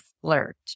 flirt